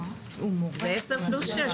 זה עשר פלוס שש.